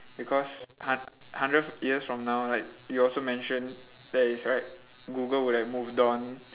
because hu~ hundred years from now like you also mention that is right google would have moved on